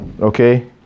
okay